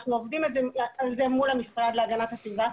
אנחנו עובדים על זה מול המשרד להגנת הסביבה,